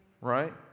right